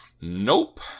nope